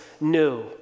new